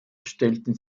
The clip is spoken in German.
stellten